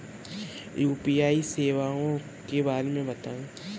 UPI सेवाओं के बारे में बताएँ?